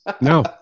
No